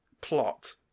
plot